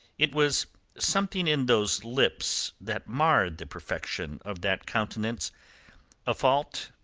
it was something in those lips that marred the perfection of that countenance a fault,